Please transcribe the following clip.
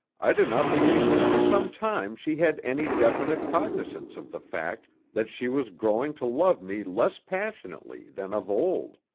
i do not believe that for some time she had any definite cognisance of the fact that she was growing to love me less passionately than of old.